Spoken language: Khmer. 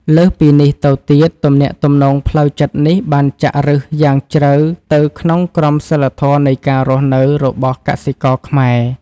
លើសពីនេះទៅទៀត ទំនាក់ទំនងផ្លូវចិត្តនេះបានចាក់ឫសយ៉ាងជ្រៅទៅក្នុងក្រមសីលធម៌នៃការរស់នៅរបស់កសិករខ្មែរ។